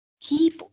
keep